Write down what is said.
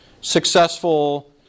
successful